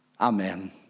Amen